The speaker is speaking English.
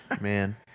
Man